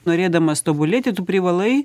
norėdamas tobulėti tu privalai